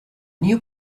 new